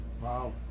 Wow